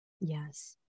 Yes